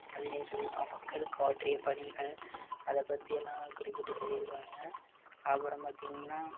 நன்மைகள் மக்களுக்கு ஆற்றிய பணிகள் அதை பற்றி எல்லாம் குறிப்பிட்டு சொல்லியிருக்காங்க அப்புறம் பார்த்தீங்கன்னா